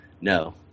no